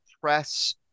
press